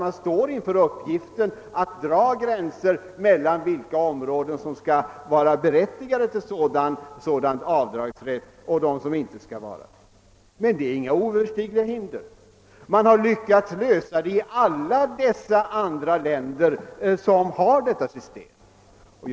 Man står givetvis inför uppgiften att dra gränser mellan de områden som skall medföra sådan avdragsrätt och dem som inte skall göra det. Men dessa hinder är inte oöverstigliga. Man har lyckats lösa dessa problem i alla länder där denna avdragsrätt finns.